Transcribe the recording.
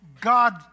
God